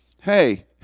hey